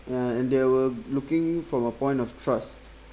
ya and they were looking from a point of trust